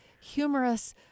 humorous